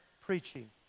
preaching